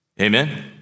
Amen